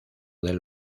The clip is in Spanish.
del